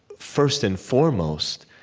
first and foremost,